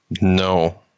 No